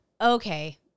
Okay